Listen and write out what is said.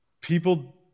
people